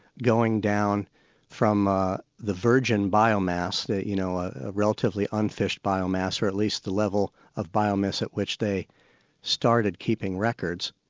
going down from ah the virgin biomass, a you know ah relatively unfished biomass, or at least the level of biomass at which they started keeping records,